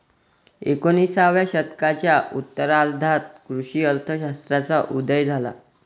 एकोणिसाव्या शतकाच्या उत्तरार्धात कृषी अर्थ शास्त्राचा उदय झाला